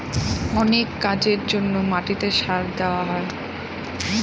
অনেক কাজের জন্য মাটিতে সার দেওয়া হয়